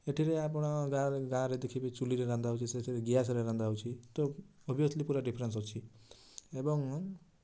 ଏଥିରେ ଆପଣ ଗାଁରେ ଦେଖିବେ ଚୁଲିରେ ରନ୍ଧା ହେଉଛି ସେ ସବୁ ଗ୍ୟାସରେ ରନ୍ଧା ହେଉଛି ତ ଓବିଓସ୍ଲି ପୁରା ଡିଫରେନ୍ସ ଅଛି ଏବଂ